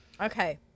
Okay